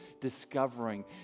discovering